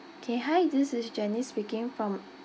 okay hi this is jenny speaking from